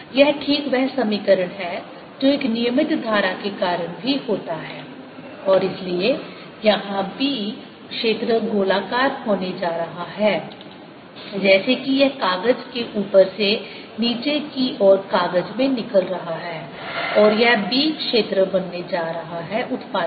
यह ठीक वह समीकरण है जो एक नियमित धारा के कारण भी होता है और इसलिए यहाँ B क्षेत्र गोलाकार होने जा रहा है जैसे कि यह कागज के ऊपर से नीचे की ओर कागज में निकल रहा है और यह B क्षेत्र बनने जा रहा है उत्पादन किया